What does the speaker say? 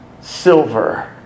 silver